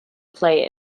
play